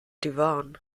divan